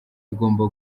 igomba